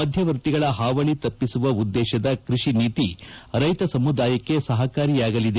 ಮಧ್ಯವರ್ತಿಗಳ ಹಾವಳಿ ತಪ್ಪಿಸುವ ಉದ್ದೇಶದಿಂದ ಕೃಷಿ ನೀತಿ ರೈತ ಸಮುದಾಯಕ್ಷೆ ಸಹಕಾರಿಯಾಗಲಿದೆ